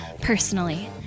personally